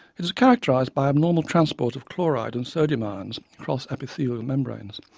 it is characterized by abnormal transport of chloride and sodium ions across epithelial membranes,